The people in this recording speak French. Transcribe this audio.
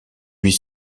huit